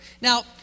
Now